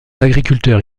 agriculteurs